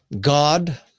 God